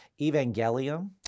evangelium